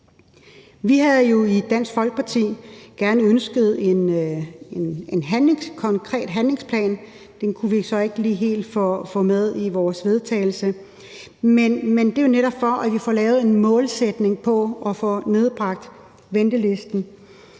Vi havde jo i Dansk Folkeparti gerne ønsket en konkret handlingsplan, men den kunne vi så ikke helt få med i vores vedtagelse, men det er jo netop for at få lavet en målsætning om at få nedbragt ventelisten,